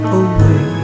away